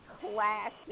classic